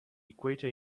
equator